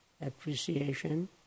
appreciation